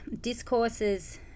discourses